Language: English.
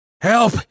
Help